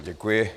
Děkuji.